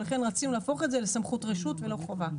ולכן רצינו להפוך את זה לסמכות רשות ולא חובה.